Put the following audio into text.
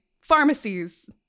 pharmacies